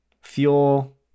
fuel